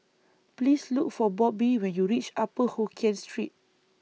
Please Look For Bobbie when YOU REACH Upper Hokkien Street